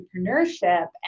entrepreneurship